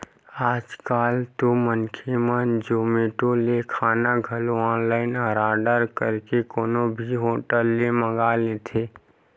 आज कल तो मनखे मन जोमेटो ले खाना घलो ऑनलाइन आरडर करके कोनो भी होटल ले मंगा लेथे